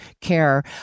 care